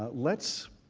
let's